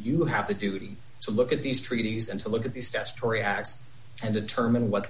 you have a duty to look at these treaties and to look at these test reacts and determine what the